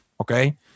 okay